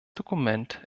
dokument